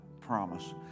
promise